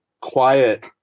quiet